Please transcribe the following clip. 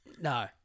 No